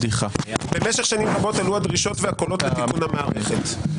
במשך שנים רבות עלו הדרישות והקולות לתיקון המערכת.